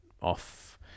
off